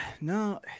No